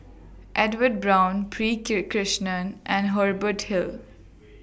Edwin Brown P Krishnan and Hubert Hill